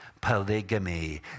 polygamy